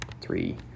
three